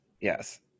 Yes